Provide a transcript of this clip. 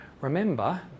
remember